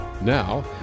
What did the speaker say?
Now